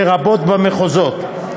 לרבות במחוזות: